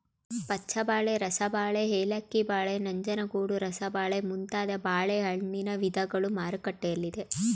ಪಚ್ಚಬಾಳೆ, ರಸಬಾಳೆ, ಏಲಕ್ಕಿ ಬಾಳೆ, ನಂಜನಗೂಡು ರಸಬಾಳೆ ಮುಂತಾದ ಬಾಳೆಹಣ್ಣಿನ ವಿಧಗಳು ಮಾರುಕಟ್ಟೆಯಲ್ಲಿದೆ